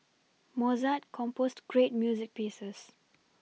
Mozart composed great music pieces